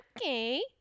Okay